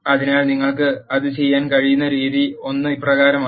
അതിനാൽ നിങ്ങൾക്ക് അത് ചെയ്യാൻ കഴിയുന്ന രീതി ₁ ഇപ്രകാരമാണ്